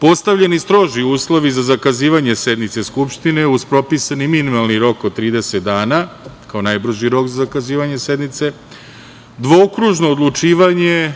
postavljeni stroži uslovi za zakazivanje sednice Skupštine uz propisani minimum rok od 30 dana, kao najbrži rok za zakazivanje sednice, dvokružno odlučivanje,